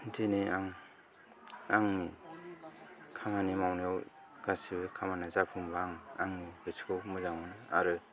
दिनै आं आंनि खामिनि मावनायाव गासिबो खामानिया जाफुङोब्ला आंनि गोसोखौ मोजां मोनो आरो